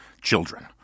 children